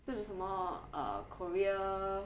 是不什么 err korea